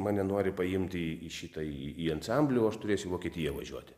mane nori paimti į į šitą į į ansamblį o aš turėsiu į vokietiją važiuoti